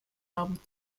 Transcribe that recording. haben